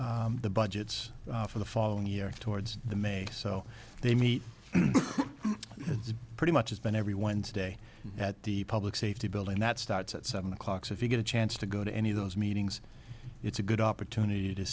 the budgets for the following year towards the may so they meet it's pretty much as been every wednesday at the public safety building that starts at seven o'clock so if you get a chance to go to any of those meetings it's a good opportunity to